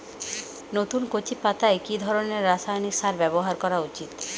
নতুন কচি পাতায় কি ধরণের রাসায়নিক সার ব্যবহার করা উচিৎ?